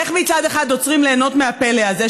איך מצד אחד עוצרים ליהנות מהפלא הזה,